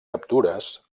captures